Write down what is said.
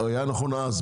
היה נכון אז,